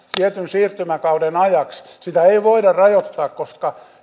tietyn siirtymäkauden ajaksi sitä ei voida rajoittaa koska